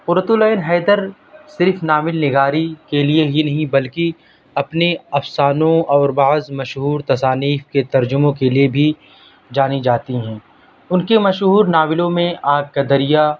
قرۃ العین حیدر صرف ناول نگاری کے لیے ہی نہیں بلکہ اپنے افسانوں اور بعض مشہور تصانیف کے ترجموں کے لیے بھی جانی جاتی ہیں ان کے مشہور ناولوں میں آگ کا دریا